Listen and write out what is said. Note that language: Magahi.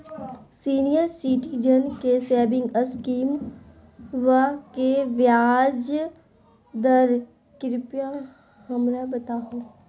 सीनियर सिटीजन के सेविंग स्कीमवा के ब्याज दर कृपया हमरा बताहो